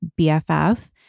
BFF